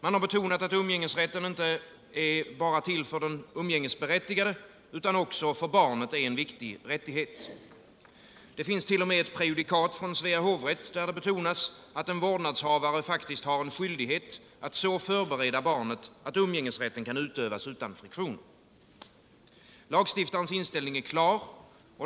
Man har betonat att umgängesrätten inte bara är till för den umgängesberättigade utan att den också för barnet är en viktig rättighet. Det finns t.o.m. ett prejudikat från Svea hovrätt, där det betonas att en vårdnadshavare faktiskt har skyldighet att så förbereda barnet, att umgängesrätten kan utövas utan friktioner. Lagstiftarens inställning är klar.